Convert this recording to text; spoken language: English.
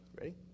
Ready